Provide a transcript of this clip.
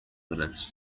minutes